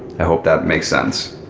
i hope that makes sense.